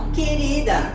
Querida